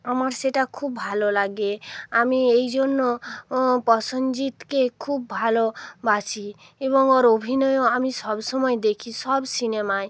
আমার সেটা খুব ভালো লাগে আমি এই জন্য প্রসেনজিৎকে খুব ভালোবাসি এবং ওর অভিনয়ও আমি সব সময় দেখি সব সিনেমায়